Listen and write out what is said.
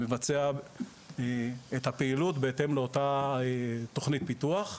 אנחנו את נבצע את הפעילות בהתאם לאותה תכנית פיתוח.